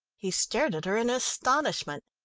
he stared at her in astonishment.